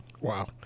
Wow